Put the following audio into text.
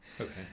Okay